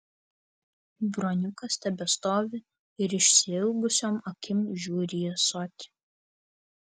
broniukas tebestovi ir išsiilgusiom akim žiūri į ąsotį